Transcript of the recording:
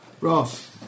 Ross